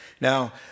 Now